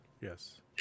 Yes